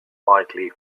widely